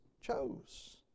chose